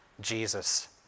Jesus